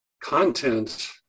content